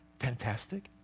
Fantastic